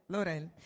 Lorel